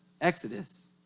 Exodus